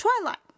Twilight